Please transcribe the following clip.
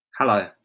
Hello